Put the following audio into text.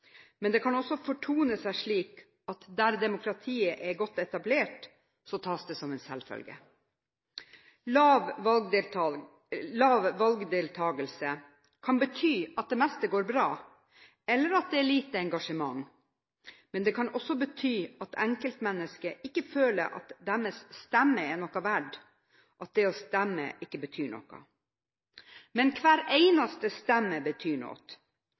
Men det kan også fortone seg slik at der demokratiet er godt etablert, tas det som en selvfølge. Lav valgdeltakelse kan bety at det meste går bra, eller at det er lite engasjement. Det kan også bety at enkeltmennesket ikke føler at deres stemme er noe verdt, at det å stemme ikke betyr noe. Men hver eneste stemme betyr